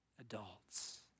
adults